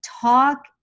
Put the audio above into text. talk